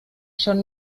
schon